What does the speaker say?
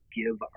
give